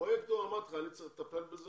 בזה אני צריך לטפל.